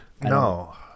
No